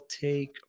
take